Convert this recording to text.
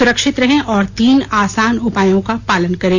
सुरक्षित रहें और तीन आसान उपायों का पालन करें